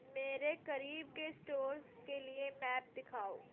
میرے قریب کے اسٹورز کے لیے میپ دکھاؤ